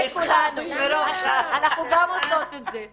ברשותך אני אתרגם.